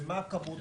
ומה הכמות